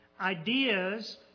Ideas